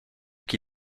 qui